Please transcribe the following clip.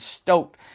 stoked